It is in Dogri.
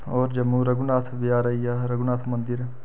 होर जम्मू रघुनाथ बजार आई गेआ रघुनाथ मंदिर